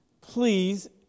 please